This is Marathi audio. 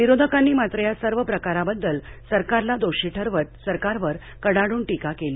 विरोधकांनी मात्र या सर्व प्रकाराबद्दल सरकारला दोषी ठरवत सरकारवर कडाडून टीका केला